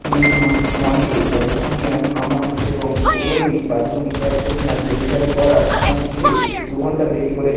তুমি Del Monte ক্যালিফোর্নিয়ার almonds এবং Odonil bathroom air freshener delivery করার সময়ের চেয়ে দু ঘন্টা দেরি করেছো